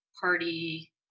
party